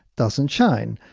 doesn't shine,